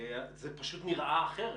זה פשוט נראה אחרת.